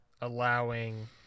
allowing